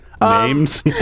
Names